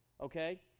Okay